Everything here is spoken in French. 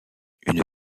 une